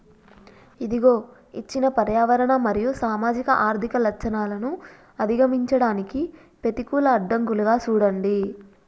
ఇదిగో ఇచ్చిన పర్యావరణ మరియు సామాజిక ఆర్థిక లచ్చణాలను అధిగమించడానికి పెతికూల అడ్డంకులుగా సూడండి